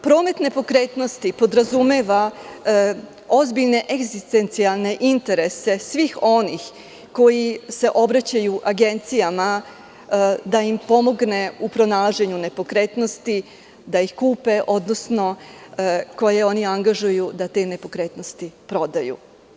Promet nepokretnosti podrazumeva ozbiljne egzistencijalne interese svih onih koji se obraćaju agencijama da im pomogne u pronalaženju nepokretnosti da ih kupe, odnosno koje oni angažuju da te nepokretnosti prodaju.